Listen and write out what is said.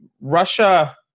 Russia